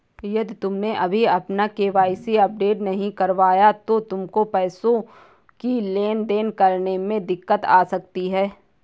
यदि तुमने अभी अपना के.वाई.सी अपडेट नहीं करवाया तो तुमको पैसों की लेन देन करने में दिक्कत आ सकती है